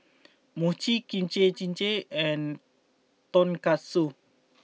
Mochi Kimchi Jjigae and Tonkatsu